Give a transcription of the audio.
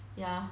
ya